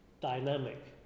dynamic